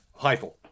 Heifel